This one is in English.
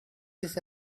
this